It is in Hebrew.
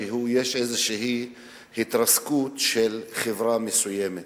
שיש איזו התרסקות של חברה מסוימת.